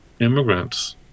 immigrants